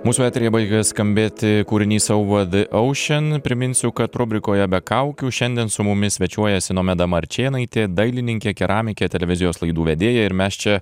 mūsų eteryje baigia skambėti kūrinys over the ocean priminsiu kad rubrikoje be kaukių šiandien su mumis svečiuojasi nomeda marčėnaitė dailininkė keramikė televizijos laidų vedėja ir mes čia